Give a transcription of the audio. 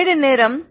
v1 v1